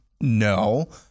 no